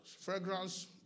Fragrance